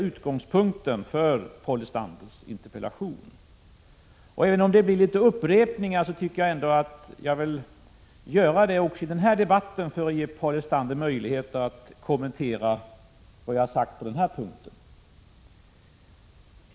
utgångspunkten för Paul Lestanders interpellation. Även om det blir fråga om en del upprepningar, vill jag göra detta även i den här debatten för att ge | Paul Lestander möjlighet att kommentera vad jag har sagt på denna punkt.